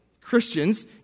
Christians